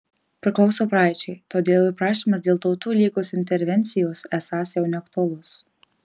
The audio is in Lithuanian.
priklauso praeičiai todėl ir prašymas dėl tautų lygos intervencijos esąs jau neaktualus